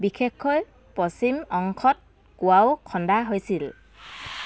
বিশেষকৈ পশ্চিম অংশত কুঁৱাও খন্দা হৈছিল